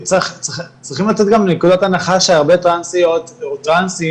וצריכים לצאת גם מנקודת הנחה שהרבה טרנסיות וטרנסים